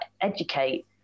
educate